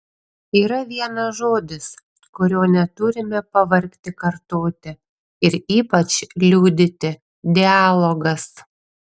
yra vienas žodis kurio neturime pavargti kartoti ir ypač liudyti dialogas